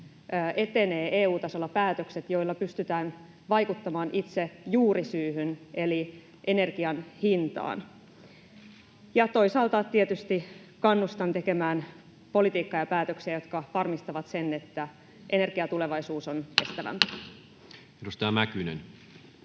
etenevät EU-tasolla päätökset, joilla pystytään vaikuttamaan itse juurisyyhyn eli energian hintaan? Toisaalta tietysti kannustan tekemään politiikkaa ja päätöksiä, jotka varmistavat sen, että energiatulevaisuus on kestävämpi. Edustaja Mäkynen.